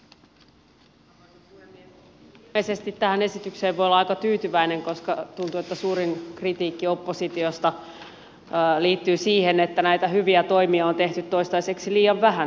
kyllä ilmeisesti tähän esitykseen voi olla aika tyytyväinen koska tuntuu että suurin kritiikki oppositiosta liittyy siihen että näitä hyviä toimia tässä esityksessä on tehty toistaiseksi liian vähän